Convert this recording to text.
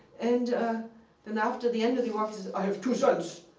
and ah and after the end of the walk, he says, i have two sons,